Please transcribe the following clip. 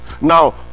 now